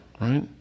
right